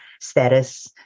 status